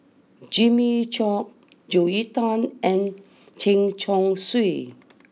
Jimmy Chok Joel Tan and Chen Chong Swee